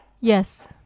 Yes